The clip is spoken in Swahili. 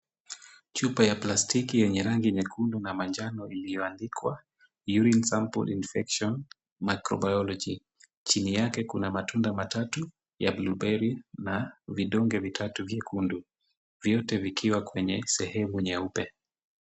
Chupa ya plastiki yenye rangi nyekundu na manjano iliyoandikwa, Urine sample inspection Microbiology . Chini yake kuna matunda matatu ya blueberry na vidonge vitatu vyekundu. Vyote vikiwa kwenye sehemu nyeupe.